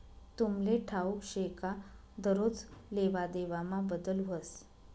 तुमले ठाऊक शे का दरोज लेवादेवामा बदल व्हस